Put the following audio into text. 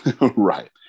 Right